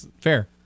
fair